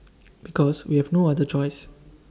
because we have no other choice